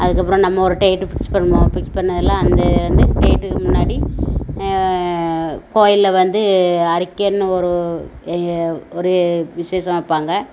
அதுக்கப்புறம் நம்ம ஒரு டேட்டு ஃபிக்ஸ் பண்ணுவோம் ஃபிக்ஸ் பண்ணதில் அந்த வந்து டேட்டு முன்னாடி கோயிலில் வந்து அறிக்கையினு ஒரு ஒரு விசேஷம் வைப்பாங்க